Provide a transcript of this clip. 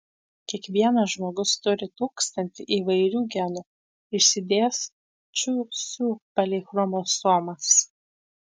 kiekvienas žmogus turi tūkstantį įvairių genų išsidėsčiusių palei chromosomas